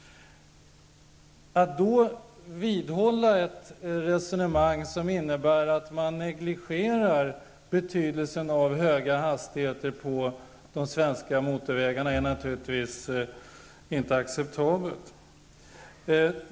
Att då vidhålla ett resonemang som innebär att man negligerar betydelsen av höga hastigheter på de svenska motorvägarna är naturligtvis inte acceptabelt.